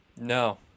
No